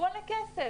הוא עולה כסף,